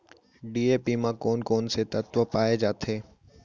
DAP म कोन कोन से तत्व पाए जाथे?